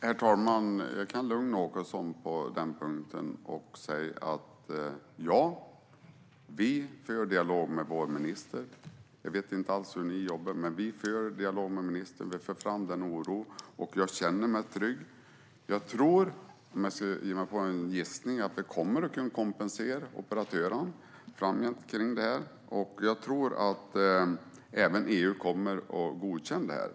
Herr talman! Jag kan lugna Åkesson på den punkten. Ja, vi för dialog med vår minister. Jag vet inte alls hur ni jobbar, men vi för dialog med ministern. Vi för fram den oro vi hyser. Jag känner mig trygg. Om jag ska ge mig på en gissning tror jag att vi kommer att kunna kompensera operatörerna framgent för detta. Jag tror även att EU kommer att godkänna det.